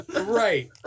Right